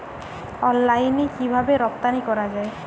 অনলাইনে কিভাবে রপ্তানি করা যায়?